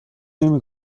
نمی